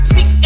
Six